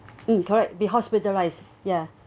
mm correct be hospitalised ya